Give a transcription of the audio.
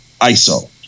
Iso